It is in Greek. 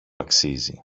αξίζει